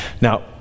Now